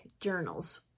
journals